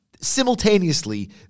simultaneously